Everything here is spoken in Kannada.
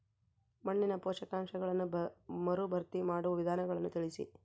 ಮಣ್ಣಿನ ಪೋಷಕಾಂಶಗಳನ್ನು ಮರುಭರ್ತಿ ಮಾಡುವ ವಿಧಾನಗಳನ್ನು ತಿಳಿಸಿ?